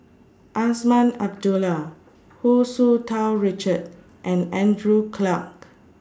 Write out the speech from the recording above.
Azman Abdullah Hu Tsu Tau Richard and Andrew Clarke